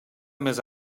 més